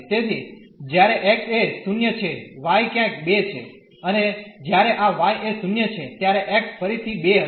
તેથી જ્યારે x એ 0 છે y ક્યાંક 2 છે અને જ્યારે આ y એ 0 છે ત્યારે x ફરીથી 2 હશે